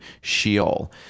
Sheol